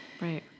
Right